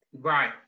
Right